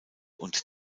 und